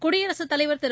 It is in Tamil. குடியரகத்தலைவர் திரு